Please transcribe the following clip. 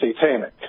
satanic